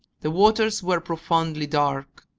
the waters were profoundly dark,